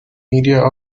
media